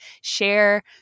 share